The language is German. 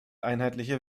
einheitliche